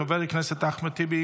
חבר הכנסת אחמד טיבי,